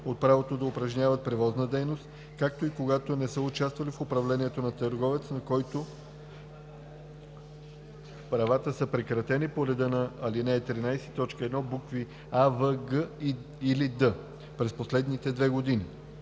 от правото да упражняват превозна дейност, както и когато не са участвали в управлението на търговец, на който правата са прекратени по реда на ал. 13, т. 1, букви „а“, „в“, „г“ или „д“ през последните две години.